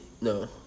No